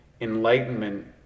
Enlightenment